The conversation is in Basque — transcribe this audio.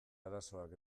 arazoak